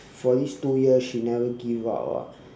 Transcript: for these two years she never give up ah